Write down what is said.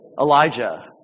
Elijah